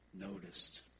noticed